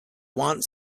want